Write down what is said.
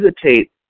hesitate